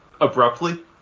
abruptly